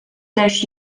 též